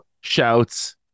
shouts